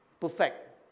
perfect